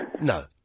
No